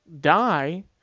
die